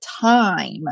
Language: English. time